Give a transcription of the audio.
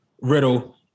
Riddle